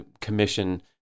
commission